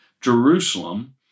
Jerusalem